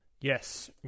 Yes